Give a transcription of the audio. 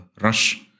rush